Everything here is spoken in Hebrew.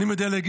אני מדלג.